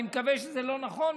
אני מקווה שזה לא נכון.